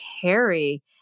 carry